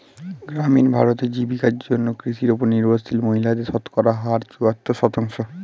গ্রামীণ ভারতে, জীবিকার জন্য কৃষির উপর নির্ভরশীল মহিলাদের শতকরা হার চুয়াত্তর শতাংশ